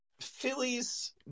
Phillies